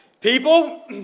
People